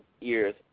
years